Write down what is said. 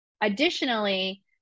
additionally